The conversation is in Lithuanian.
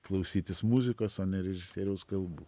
klausytis muzikos o ne režisieriaus kalbų